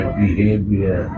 behavior